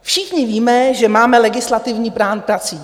Všichni víme, že máme legislativní plán prací.